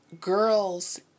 girls